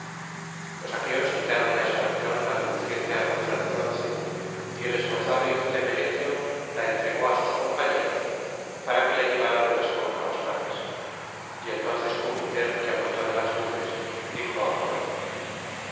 los aqueos quitáronle á sarpedón la reluciente armadura de bronce y el esforzado hijo de menetio la entregó á sus compañeros para que la llevaran á las cóncavas naves y entonces júpiter que amontona las nubes dijo á apolo